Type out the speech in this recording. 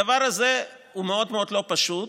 הדבר הזה מאוד מאוד לא פשוט.